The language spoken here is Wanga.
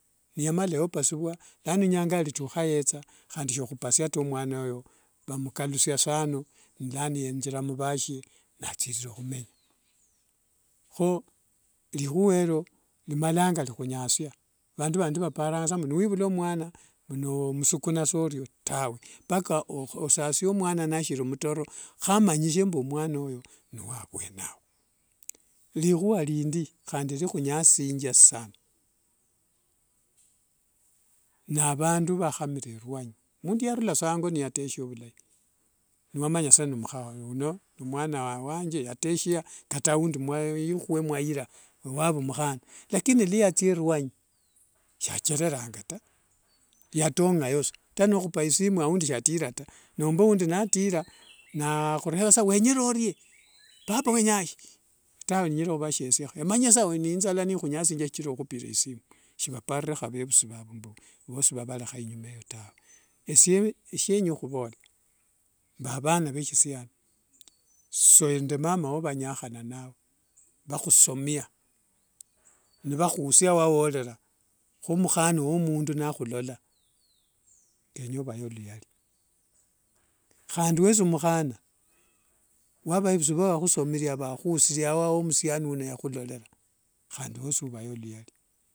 Niyamala yopasua nano inyanga yatukha yetha handi dopakhusia taa mwana yo vsmukalusia sa anonilano yenthira muvashie ni lano athirira humenya. Kho lihua elo limalanga likhunyasia avandu vandi vaparanga sa niwivula omwana nomusukuna sa orio, tawe mpaka osasie mwana nashiri mtoro hamanishe mbu mwana oyo n we ango ao. Likhua lindin avandu vakhamira ruanyi, mundu niyateshia vulai nomanyire saa na mwana wanje yateshia kata aundi ihue mwaira wavumukhana lakini mukhana yali yathia ruanyi kata nokhupa isimu aundi shatira taa, nomba wundi natira nakhureva sa wenyere orie papa wenyashi? Tawe nyerere khuvashieshiaho, emanyire sa n inzala nikhunyasingia sathira okhupire isimu shivapareho vevusi vavu taa vosi vavalekha inyumai taweesie senyenya khuvola, mba avana ve sishiani soo nende mamawo vanyakha inawe vakhusomia nivakhusia wuwolera khu mukhana wa mundu nakhulola, ndenya ovae luhyali handi wesi mukhana wa vevusi voo vakhusomia vakhusiaria wa musiani uno yakhulolera handi wesi ovaye luhyali.